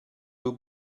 will